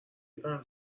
دارن